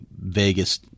Vegas